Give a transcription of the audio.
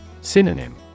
Synonym